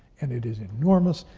and it is enormous,